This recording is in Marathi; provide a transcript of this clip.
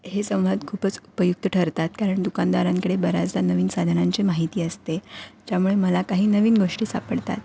हे संवाद खूपच उपयुक्त ठरतात कारण दुकानदारांकडे बऱ्याचदा नवीन साधनांची माहिती असते त्यामुळे मला काही नवीन गोष्टी सापडतात